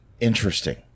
Interesting